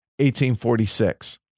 1846